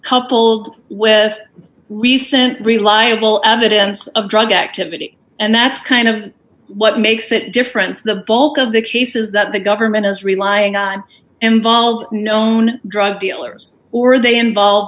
coupled with recent reliable evidence of drug activity and that's kind of what makes it different the bulk of the cases that the government is relying on involve known drug dealers or they involve